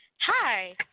Hi